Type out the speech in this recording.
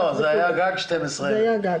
אנשים משלמים כל החיים בשביל הזכות להזדקן בכבוד.